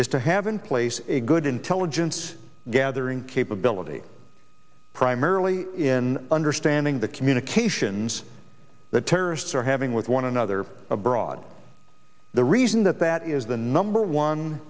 is to have in place a good intelligence gathering capability primarily in understanding the communications that terrorists are having with one another abroad the reason that that is the number one